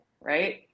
right